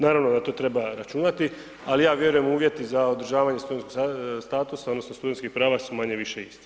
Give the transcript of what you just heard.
Naravno na to treba računati, ali ja vjerujem uvjeti za održavanje studentskog statusa odnosno studentskih prava su manje-više isti.